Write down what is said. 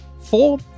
four